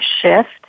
shift